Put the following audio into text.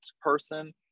person